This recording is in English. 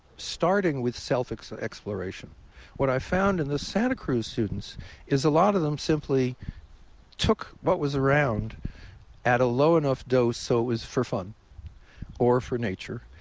starting with self-exploration. what i found in the santa cruz students is a lot of them simply took what was around at a low enough dose, so it was for fun or for nature.